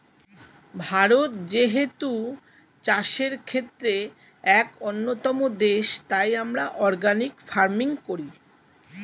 ভারত যেহেতু চাষের ক্ষেত্রে এক অন্যতম দেশ, তাই আমরা অর্গানিক ফার্মিং করি